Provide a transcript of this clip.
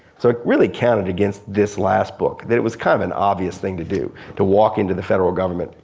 so it really counted against this last book. it it was kinda kind of an obvious thing to do to walk into the federal government,